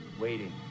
Waiting